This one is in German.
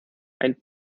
ein